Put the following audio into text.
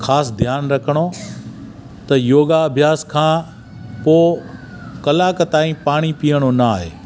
ख़ासि ध्यानु रखिणो त योगा अभ्यास खां पोइ कलाकु ताईं पाणी पीअणो न आहे